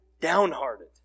downhearted